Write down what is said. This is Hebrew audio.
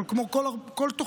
כמו כל תוכנית,